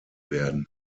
werden